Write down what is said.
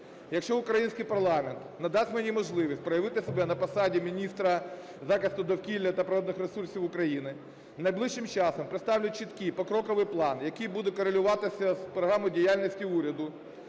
Якщо український парламент надасть мені можливість проявити себе на посаді міністра захисту довкілля та природних ресурсів України, найближчим часом представлю чіткий покроковий план, який буде корелюватися з програмою діяльності уряду.